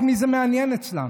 את מי זה מעניין אצלם?